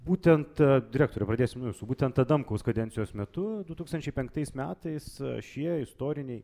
būtent direktore pradėsim nuo jūsų būtent adamkaus kadencijos metu du tūkstančiai penktais metais šie istoriniai